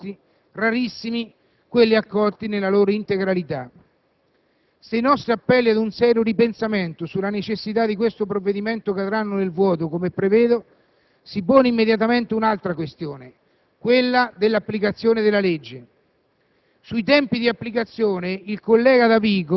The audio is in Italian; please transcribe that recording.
e solo pochissimi emendamenti siano stati accolti, rarissimi quelli accolti nella loro integralità. Se i nostri appelli ad un serio ripensamento sulla necessità di questo provvedimento cadranno nel vuoto - come prevedo - si pone immediatamente un'altra questione: quella dell'applicazione della legge.